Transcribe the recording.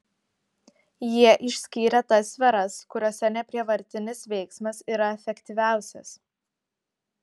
jie išskyrė tas sferas kuriose neprievartinis veiksmas yra efektyviausias